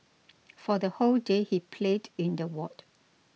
for the whole day he played in the ward